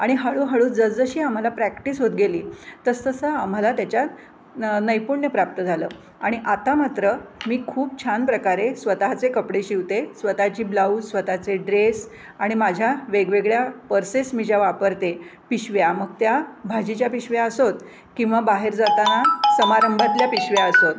आणि हळूहळू जस जशी आम्हाला प्रॅक्टिस होत गेली तसं तसं आम्हाला त्याच्यात न नैपुण्य प्राप्त झालं आणि आता मात्र मी खूप छान प्रकारे स्वतःचे कपडे शिवते स्वतःची ब्लाऊज स्वतःचे ड्रेस आणि माझ्या वेगवेगळ्या पर्सेस मी ज्या वापरते पिशव्या मग त्या भाजीच्या पिशव्या असोत किंवा बाहेर जाताना समारंभातल्या पिशव्या असोत